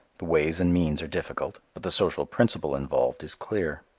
the ways and means are difficult, but the social principle involved is clear.